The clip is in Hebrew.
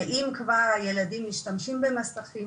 שאם כבר הילדים משתמשים במסכים,